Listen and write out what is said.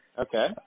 Okay